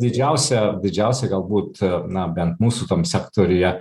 didžiausią didžiausią galbūt na bent mūsų tam sektoriuje